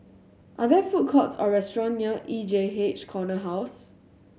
are there food courts or restaurant near E J H Corner House